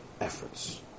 efforts